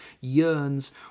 yearns